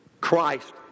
Christ